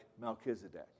Melchizedek